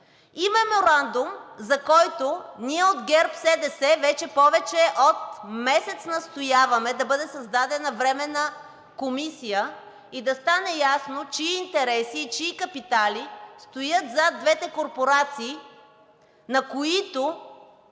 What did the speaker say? и Меморандум, за който ние от ГЕРБ-СДС вече повече от месец настояваме да бъде създадена временна комисия и да стане ясно чии интереси и чии капитали стоят зад двете корпорации, на които